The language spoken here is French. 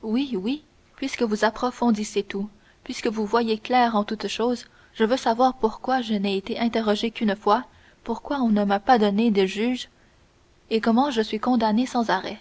oui oui puisque vous approfondissez tout puisque vous voyez clair en toutes choses je veux savoir pourquoi je n'ai été interrogé qu'une fois pourquoi on ne m'a pas donné des juges et comment je suis condamné sans arrêt